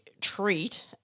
treat